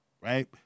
Right